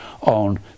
on